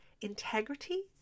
integrity